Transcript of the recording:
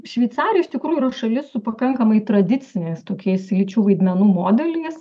šveicarija iš tikrųjų yra šalis su pakankamai tradiciniais tokiais lyčių vaidmenų modeliais